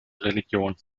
religion